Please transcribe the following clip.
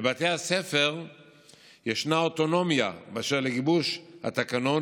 לבתי הספר ישנה אוטונומיה באשר לגיבוש התקנון,